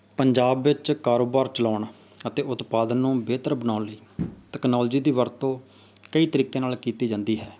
ਪੰਜਾਬ ਵਿੱਚ ਕਾਰੋਬਾਰ ਚਲਾਉਣ ਅਤੇ ਉਤਪਾਦਨ ਨੂੰ ਬਿਹਤਰ ਬਣਾਉਣ ਲਈ ਤਕਨਾਲੋਜੀ ਦੀ ਵਰਤੋਂ ਕਈ ਤਰੀਕੇ ਨਾਲ ਕੀਤੀ ਜਾਂਦੀ ਹੈ